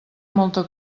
molta